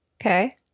okay